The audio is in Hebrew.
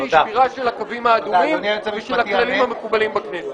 שבירה של הקווים האדומים ושל הכללים המקובלים בכנסת.